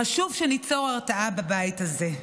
חשוב שניצור הרתעה בבית הזה.